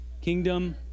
Kingdom